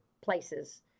places